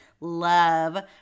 love